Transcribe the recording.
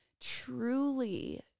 truly